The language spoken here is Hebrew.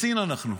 בסין אנחנו.